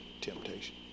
temptation